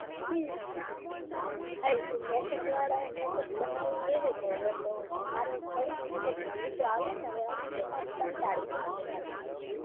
મરી હા એવી મેકર્સ વાળાએ મેકર્સ બનાવી દેહે તો મારવીજ પળે ને કોક નવું તો આવેને હવે અનુપમા થી કંટાળી ગ્યાં સે બધાય